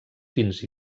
fins